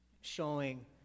showing